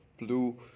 blue